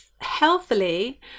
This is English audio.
healthily